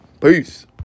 Peace